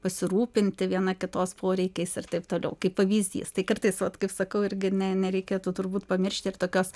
pasirūpinti viena kitos poreikiais ir taip toliau kaip pavyzdys tai kartais vat kaip sakau irgi ne nereikėtų turbūt pamiršti ir tokios